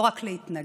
לא רק להתנגד